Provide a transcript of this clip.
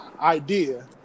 idea